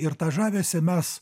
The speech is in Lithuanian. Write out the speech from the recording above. ir tą žavesį mes